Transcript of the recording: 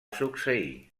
succeir